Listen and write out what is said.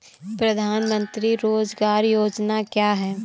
प्रधानमंत्री रोज़गार योजना क्या है?